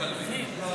את הדת היהודית.